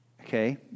Okay